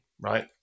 right